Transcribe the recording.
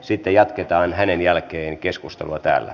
sitten jatketaan hänen jälkeensä keskustelua täällä